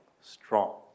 strong